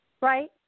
right